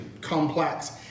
complex